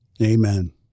Amen